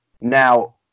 Now